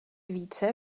více